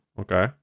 Okay